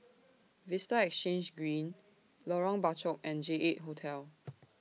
Vista Exhange Green Lorong Bachok and J eight Hotel